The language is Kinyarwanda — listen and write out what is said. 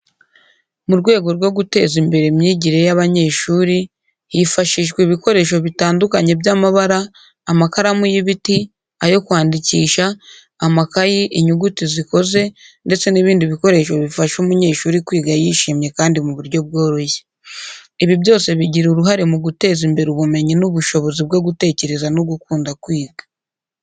Mu rwego rwo guteza imbere imyigire y’abanyeshuri, hifashishwa ibikoresho bitandukanye by’amabara, amakaramu y’ibiti ,ayo kwandikisha, amakayi, inyuguti zikoze, ndetse n’ibindi bikoresho bifasha umunyeshuri kwiga yishimye kandi mu buryo bworoshye. Ibi byose bigira uruhare mu guteza imbere ubumenyi n’ubushobozi bwo gutekereza no gukunda kwiga.